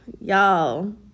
Y'all